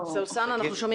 סלימאן.